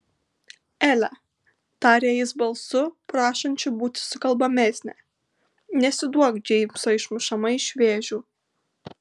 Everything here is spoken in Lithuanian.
ele tarė jis balsu prašančiu būti sukalbamesnę nesiduok džeimso išmušama iš vėžių